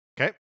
Okay